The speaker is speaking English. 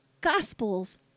gospels